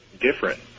different